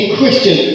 Christian